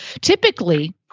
Typically